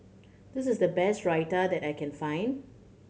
this is the best Raita that I can find